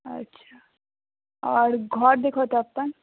अच्छा आओर घर देखाउ तऽ अपन